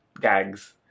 gags